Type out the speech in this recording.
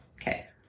Okay